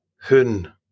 hun